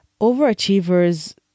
Overachievers